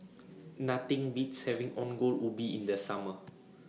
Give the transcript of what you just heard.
Nothing Beats having Ongol Ubi in The Summer